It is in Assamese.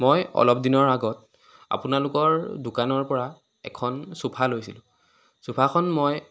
মই অলপ দিনৰ আগত অপোনালোকৰ দোকানৰ পৰা এখন চোফা লৈছিলোঁ চোফাখন মই